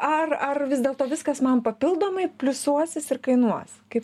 ar ar vis dėlto viskas man papildomai pliusuosis ir kainuos kaip